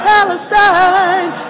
Palestine